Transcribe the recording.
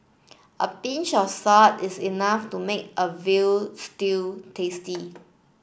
a pinch of salt is enough to make a veal stew tasty